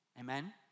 Amen